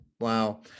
Wow